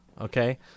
Okay